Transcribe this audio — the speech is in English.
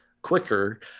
quicker